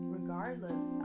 regardless